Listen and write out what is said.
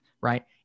right